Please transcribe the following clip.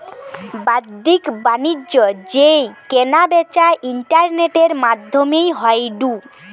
বাদ্দিক বাণিজ্য যেই কেনা বেচা ইন্টারনেটের মাদ্ধমে হয়ঢু